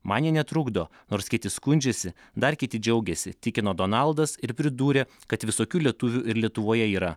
man jie netrukdo nors kiti skundžiasi dar kiti džiaugiasi tikino donaldas ir pridūrė kad visokių lietuvių ir lietuvoje yra